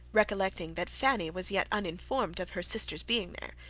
recollecting that fanny was yet uninformed of her sister's being there,